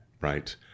right